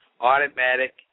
automatic